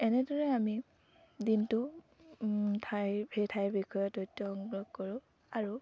এনেদৰে আমি দিনটো ঠাইৰ সেই ঠাইৰ বিষয়ে তথ্য সংগ্ৰহ কৰোঁ আৰু